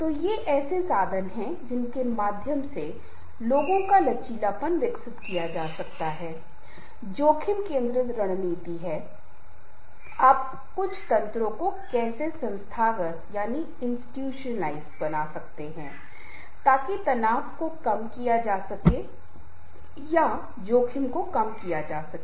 तो ये ऐसे साधन हैं जिनके माध्यम से लोगों का लचीलापन विकसित किया जा सकता है ये जोखिम केंद्रित रणनीति हैं आप कुछ तंत्रों को कैसे संस्थागत बना सकते हैं ताकि तनाव को कम किया जा सके या जोखिम को कम किया जा सके